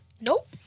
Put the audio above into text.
Nope